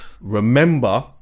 remember